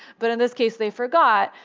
but in this case, they forgot.